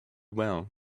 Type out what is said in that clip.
well